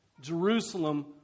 Jerusalem